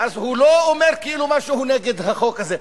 ואז הוא לא אומר כאילו משהו נגד החוק הזה,